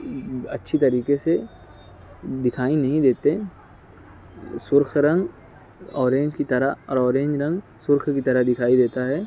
اچھی طریقے سے دکھائی نہیں دیتے سرخ رنگ اورینج کی طرح اور اورینج رنگ سرخ کی طرح دکھائی دیتا ہے